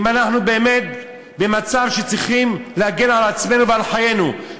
אם אנחנו באמת במצב שאנחנו צריכים להגן על עצמנו ועל חיינו,